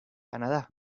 canadá